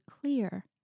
clear